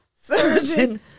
Surgeon